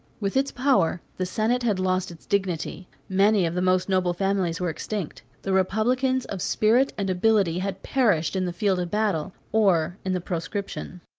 with its power, the senate had lost its dignity many of the most noble families were extinct. the republicans of spirit and ability had perished in the field of battle, or in the proscription.